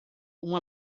uma